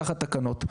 תחת תקנות.